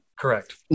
Correct